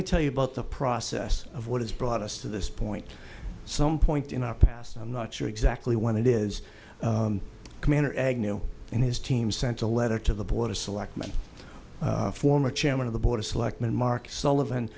me tell you about the process of what has brought us to this point some point in our past i'm not sure exactly when it is commander agnew and his team sent a letter to the board of selectmen former chairman of the board of selectmen mark sullivan